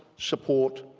support,